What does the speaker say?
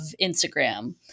Instagram